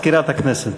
הודעה למזכירת הכנסת.